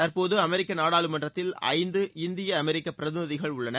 தற்போது அமெரிக்கா நாடாளுமன்றத்தில் ஐந்து இந்திய அமெரிக்க பிரதிநிதிகள் உள்ளனர்